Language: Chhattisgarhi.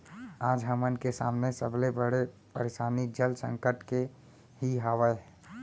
आज हमन के सामने सबले बड़े परसानी जल संकट के ही हावय